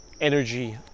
energy